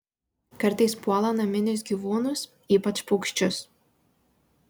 kartais puola naminius gyvūnus ypač paukščius